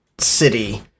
city